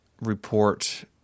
report